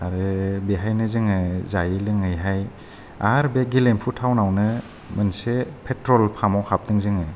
आरो बेहायनो जोङो जायै लोङैहाय आर बे गेलेफु टावनावनो मोनसे पेट्र'ल पाम्पाव हाबदों जोङो